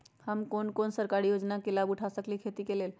हम कोन कोन सरकारी योजना के लाभ उठा सकली ह खेती के लेल?